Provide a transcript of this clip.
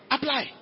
Apply